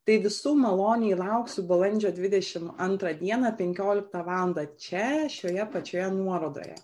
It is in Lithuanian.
tai visų maloniai lauksiu balandžio dvidešimt antrą dieną penkioliktą valandą čia šioje pačioje nuorodoje